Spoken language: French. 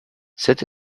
cette